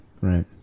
right